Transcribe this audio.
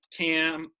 Cam